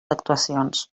actuacions